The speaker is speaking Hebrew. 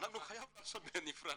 אנחנו חייבים לעשות בנפרד.